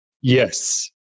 Yes